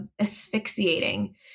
asphyxiating